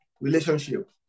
relationship